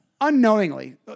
unknowingly